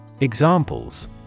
Examples